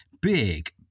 big